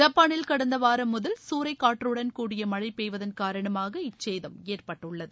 ஜப்பானில் கடந்த வாரம் முதல் சூரைக்காற்றுடன் கூடிய மழை பெய்வதன் காரணமாக இச்சேதம் ஏற்பட்டுள்ளது